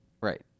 Right